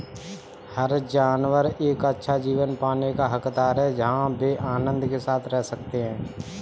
हर जानवर एक अच्छा जीवन पाने का हकदार है जहां वे आनंद के साथ रह सके